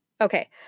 Okay